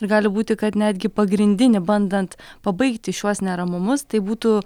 gali būti kad netgi pagrindinį bandant pabaigti šiuos neramumus tai būtų